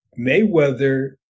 Mayweather